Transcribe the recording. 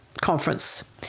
conference